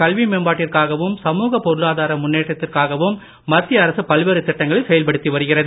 கல்வி மேம்பாட்டிற்காகவும் சமுக பொருளாதார முன்னேற்றத்திற்காகவும் மத்திய அரசு பல்வேறு திட்டங்களை செயல்படுத்தி வருகிறது